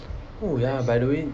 oh ya by the way